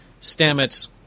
Stamets